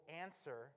answer